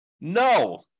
No